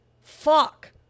fuck